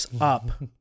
up